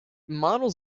models